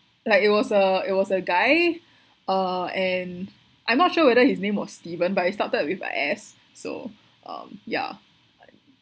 like it was a it was a guy uh and I'm not sure whether his name was stephen but it started with a S so um yeah